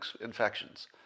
infections